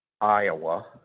Iowa